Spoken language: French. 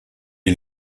des